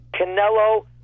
Canelo